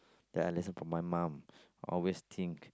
then I listen from my mum always think